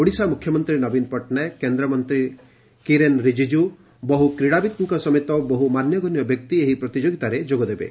ଓଡ଼ିଶା ମୁଖ୍ୟମନ୍ତ୍ରୀ ନବୀନ ପଟ୍ଟନାୟକ କେନ୍ଦ୍ରମନ୍ତ୍ରୀ କିରେନ୍ ରିଜିଜ୍ଜୁ ବହୁ କ୍ରୀଡ଼ାବିତ୍ଙ୍କ ସମେତ ବହୁ ମାନ୍ୟଗଣ୍ୟ ବ୍ୟକ୍ତି ଏହି ପ୍ରତିଯୋଗିତାରେ ଯୋଗଦେବେ